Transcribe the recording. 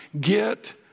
get